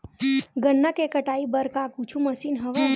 गन्ना के कटाई बर का कुछु मशीन हवय?